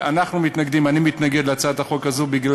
אנחנו מתנגדים, אני מתנגד להצעת החוק הזו, מפני